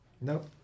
Nope